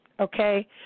Okay